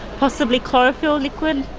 possibly chlorophyll liquid,